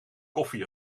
koffie